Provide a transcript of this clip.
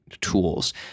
tools